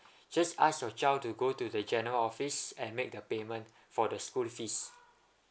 just ask your child to go to the general office and make the payment for the school fees